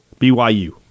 BYU